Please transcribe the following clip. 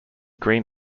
green